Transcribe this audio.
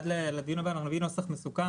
עד לדיון הבא אנחנו מביאים נוסח מסוכם,